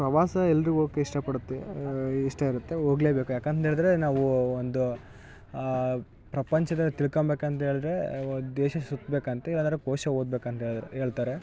ಪ್ರವಾಸ ಎಲ್ರಿಗೆ ಹೋಗೋಕ್ ಇಷ್ಟ ಪಡ್ತಿವಿ ಇಷ್ಟ ಇರುತ್ತೆ ಹೋಗ್ಲೇಬೇಕು ಯಾಕಂತೇಳಿದ್ರೆ ನಾವೂ ಒಂದು ಪ್ರಪಂಚದ ತಿಳ್ಕೋಬೇಕಂತ್ ಹೇಳ್ರೇ ದೇಶ ಸುತ್ಬೇಕಂತೆ ಯಾವ್ದಾರ ಕೋಶ ಓದ್ಬೇಕಂತ್ ಹೇಳಿದ್ರು ಹೇಳ್ತಾರೆ